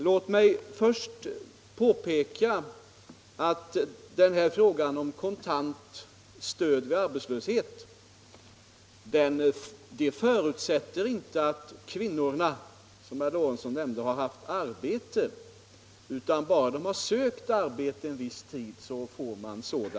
Låt mig först påpeka att frågan om kontant stöd vid arbetslöshet inte alltid förutsätter att man har haft arbete. För ungdomar t.ex. räcker det i vissa fall med att de sökt arbete en viss tid.